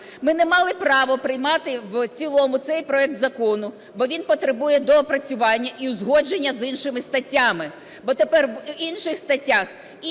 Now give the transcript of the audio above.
ми не мали право приймати в цілому цей проект закону, бо він потребує доопрацювання і узгодження з іншими статтями.